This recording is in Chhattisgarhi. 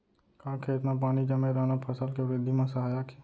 का खेत म पानी जमे रहना फसल के वृद्धि म सहायक हे?